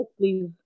please